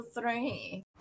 three